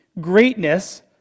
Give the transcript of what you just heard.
greatness